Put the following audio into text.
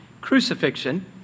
crucifixion